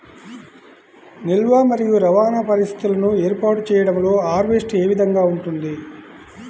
నిల్వ మరియు రవాణా పరిస్థితులను ఏర్పాటు చేయడంలో హార్వెస్ట్ ఏ విధముగా ఉంటుంది?